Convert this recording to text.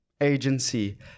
agency